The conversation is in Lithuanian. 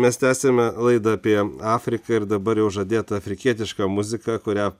mes tęsiame laidą apie afriką ir dabar jau žadėta afrikietiška muzika kurią